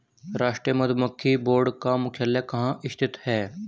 राष्ट्रीय मधुमक्खी बोर्ड का मुख्यालय कहाँ स्थित है?